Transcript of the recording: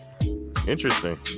Interesting